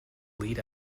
lead